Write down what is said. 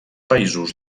països